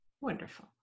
Wonderful